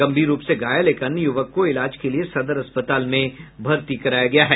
गंभीर रूप से घायल एक अन्य युवक को इलाज के लिये सदर अस्पताल में भर्ती कराया गया है